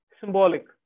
symbolic